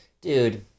Dude